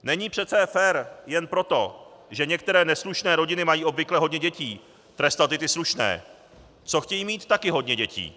Není přece fér jen proto, že některé neslušné rodiny mají obvykle hodně dětí, trestat i ty slušné, co chtějí mít také hodně dětí.